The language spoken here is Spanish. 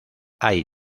hay